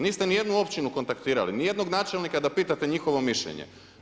Niste ni jednu općinu kontaktirali, ni jednog načelnika da pitate njihovo mišljenje.